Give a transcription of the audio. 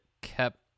kept